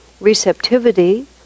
Receptivity